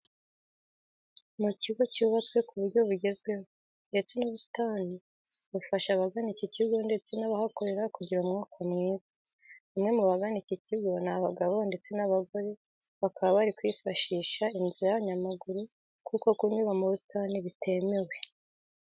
Mu kigo cyubatswe ku buryo bugezweho, ndetse n'ubusitani bufasha abagana iki kigo ndetse n'abahakorera kugira umwuka mwiza. Bamwe mu bagana iki kigo ni abagabo ndetse n'abagore bakaba bari kwifashisha inzira y'abanyamaguru kuko kunyura mu busitani bitemewe.